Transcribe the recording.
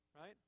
right